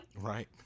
Right